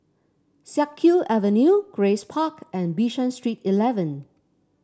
Siak Kew Avenue Grace Park and Bishan Street Eleven